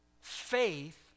Faith